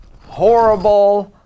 horrible